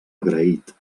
agraït